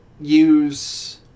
use